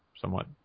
somewhat